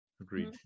Agreed